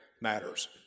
matters